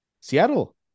seattle